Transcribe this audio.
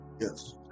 Yes